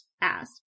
Asked